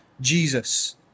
Jesus